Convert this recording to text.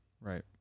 Right